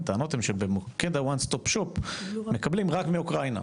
הטענות הן שבמוקד ה-"One Stop Shop"מקבלים רק מאוקראינה.